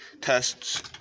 tests